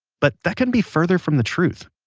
but that couldn't be further from the truth.